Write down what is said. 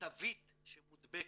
התווית שמודבקת.